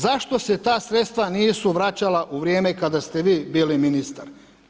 Zašto se ta sredstva nisu vraćala u vrijeme kada ste vi bili ministar?